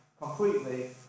completely